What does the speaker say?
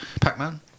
Pac-Man